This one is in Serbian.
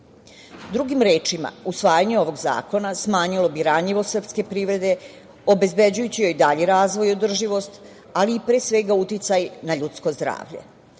rečima, usvajanje ovog zakona smanjilo bi ranjivost srpske privrede, obezbeđujući joj dalji razvoj i održivost, ali i pre svega uticaj na ljudsko zdravlje.